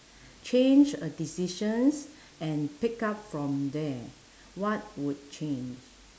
change a decisions and pick up from there what would change